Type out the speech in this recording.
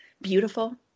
beautiful